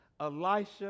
Elisha